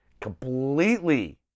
completely